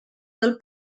del